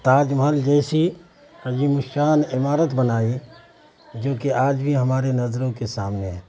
تاج محل جیسی عظیم الشان عمارت بنائی جو کہ آج بھی ہمارے نظروں کے سامنے ہے